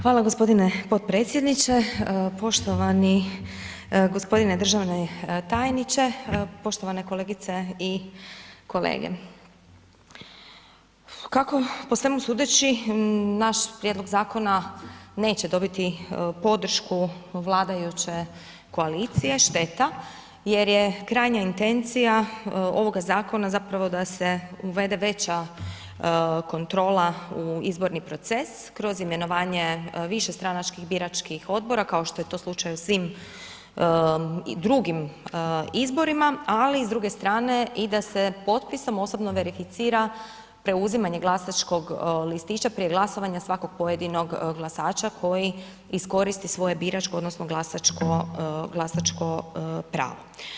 Hvala g. potpredsjedniče, poštovani g. državni tajniče, poštovane kolegice i kolege, kako po svemu sudeći naš prijedlog zakona neće dobiti podršku vladajuće koalicije, šteta jer je krajnja intencija ovoga zakona zapravo da se uvede veća kontrola u izborni proces kroz imenovanje višestranačkih biračkih odbora kao što je to slučaj u svim i drugim izborima, ali s druge strane i da se potpisom osobno verificira preuzimanje glasačkog listića prije glasovanja svakog pojedinog glasača koji iskoristi svoje biračko odnosno glasačko, glasačko pravo.